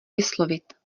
vyslovit